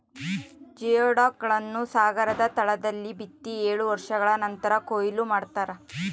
geoduck ಗಳನ್ನು ಸಾಗರದ ತಳದಲ್ಲಿ ಬಿತ್ತಿ ಏಳು ವರ್ಷಗಳ ನಂತರ ಕೂಯ್ಲು ಮಾಡ್ತಾರ